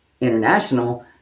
international